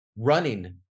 running